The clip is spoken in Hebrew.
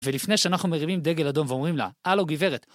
ולפני שאנחנו מרימים דגל אדום ואומרים לה, הלו גברת.